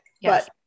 Yes